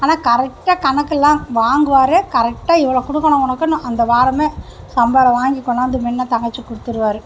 ஆனால் கரெக்டாக கணக்கெல்லாம் வாங்குவார் கரெக்டாக இவ்வளோ கொடுக்கணும் உனக்கு அந்த வாரமே சம்பளம் வாங்கி கொண்டாந்து முன்னே தங்கச்சிக்கு கொடுத்துருவாரு